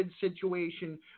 situation